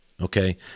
Okay